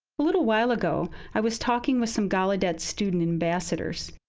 little while ago, i was talking with some gallaudet student ambassadors.